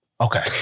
Okay